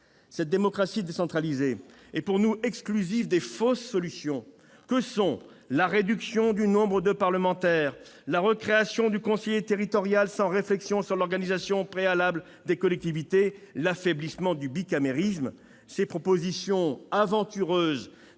Cette démocratie décentralisée est pour nous exclusive des fausses solutions que sont la réduction du nombre de parlementaires, la recréation du conseiller territorial sans réflexion sur l'organisation préalable des collectivités, l'affaiblissement du bicamérisme. Ces propositions aventureuses